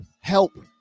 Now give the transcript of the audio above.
help